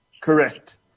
Correct